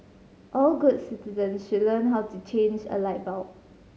all good citizens should learn how to change a light bulb